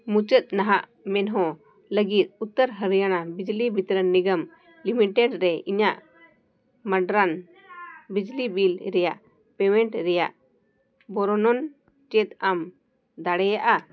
ᱢᱩᱪᱟᱹᱫ ᱱᱟᱦᱟᱜ ᱢᱤᱭᱦᱩ ᱞᱟᱹᱜᱤᱫ ᱩᱛᱛᱚᱨ ᱦᱚᱨᱤᱭᱟᱱᱟ ᱵᱤᱡᱽᱞᱤ ᱵᱤᱛᱚᱨᱚᱱ ᱱᱤᱜᱚᱢ ᱞᱤᱢᱤᱴᱮᱹᱰ ᱨᱮ ᱤᱧᱟᱹᱜ ᱢᱤᱫᱴᱟᱱ ᱵᱤᱡᱽᱞᱤ ᱵᱤᱞ ᱨᱮᱭᱟᱜ ᱯᱮᱹᱢᱮᱹᱱᱴ ᱨᱮᱭᱟᱜ ᱵᱚᱨᱱᱚᱱ ᱪᱮᱫ ᱟᱢ ᱫᱟᱲᱮᱭᱟᱜᱼᱟ